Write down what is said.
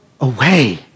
away